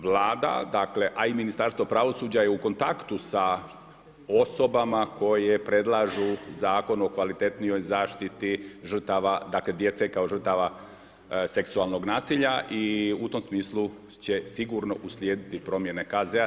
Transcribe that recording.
Vlada dakle, a i Ministarstvo pravosuđa je u kontaktu sa osobama koje predlažu Zakon o kvalitetnijoj zaštiti žrtava, dakle djece kao žrtava seksualnog nasilja i u tom smislu će sigurno uslijediti promjene KZ-a.